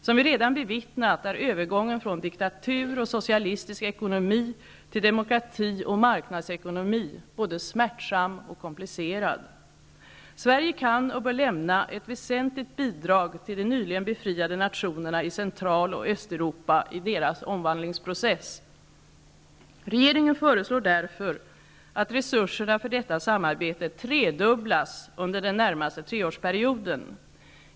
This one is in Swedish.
Som vi redan bevittnat är övergången från diktatur och socialistisk ekonomi till demokrati och marknadsekonomi både smärtsam och komplicerad. Sverige kan och bör lämna ett väsenligt bidrag till de nyligen befriade nationerna i Central och Östeuropa i deras omvandlingsprocess. Regeringen föreslår därför att resurserna för detta samarbete tredubblas under den närmaste treårsperioden.